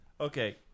Okay